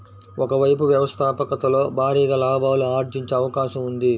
ఒక వైపు వ్యవస్థాపకతలో భారీగా లాభాలు ఆర్జించే అవకాశం ఉంది